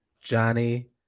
Johnny